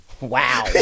wow